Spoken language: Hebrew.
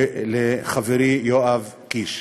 לחברי יואב קיש.